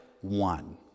one